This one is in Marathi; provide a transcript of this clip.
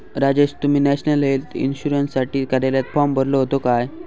राजेश, तुम्ही नॅशनल हेल्थ इन्शुरन्ससाठी कार्यालयात फॉर्म भरलो होतो काय?